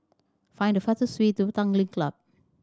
find the fastest way to Tanglin Club